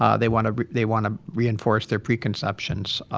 ah they want they want to reinforce their preconceptions.